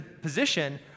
position